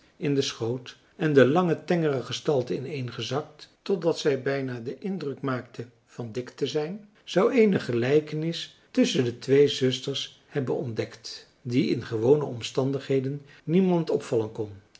in den schoot en de lange tengere gestalte ineengezakt totdat zij bijna den indruk maakte van dik te zijn zou eene gelijkenis tusschen de twee zusters hebben ontdekt die in gewone omstandigheden niemand opvallen kon